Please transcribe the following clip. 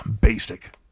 Basic